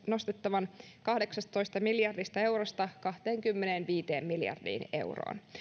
nostettavan kahdeksastatoista miljardista eurosta kahteenkymmeneenviiteen miljardiin euroon